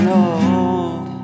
old